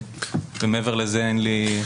ומעבר לזה אין לי.